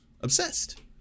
obsessed